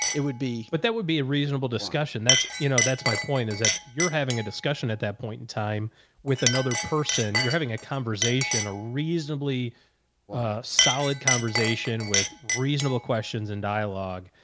it would be, but that would be a reasonable discussion. that's you know, that's my point is that you're having a discussion at that point in time with another person you're having a conversation or reasonably a solid conversation with reasonable questions and dialogue,